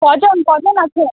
কজন কজন আছে